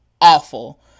awful